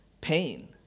pain